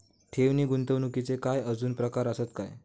ठेव नी गुंतवणूकचे काय आजुन प्रकार आसत काय?